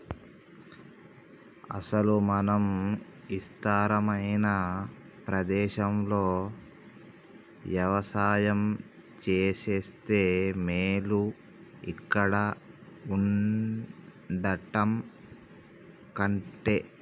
అసలు మనం ఇస్తారమైన ప్రదేశంలో యవసాయం సేస్తే మేలు ఇక్కడ వుండటం కంటె